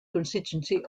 constituency